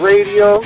Radio